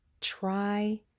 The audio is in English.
try